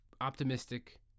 optimistic